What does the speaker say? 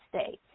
States